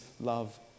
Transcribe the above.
love